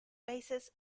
basis